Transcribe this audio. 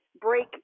break